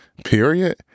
period